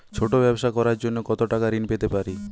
ছোট ব্যাবসা করার জন্য কতো টাকা ঋন পেতে পারি?